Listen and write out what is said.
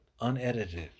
unedited